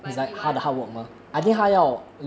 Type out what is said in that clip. but he wants orh